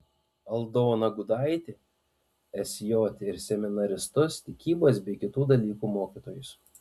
aldoną gudaitį sj ir seminaristus tikybos bei kitų dalykų mokytojus